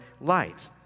light